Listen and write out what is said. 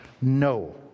No